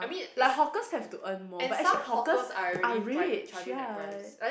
like hawkers have to earn more but actually hawkers are rich ya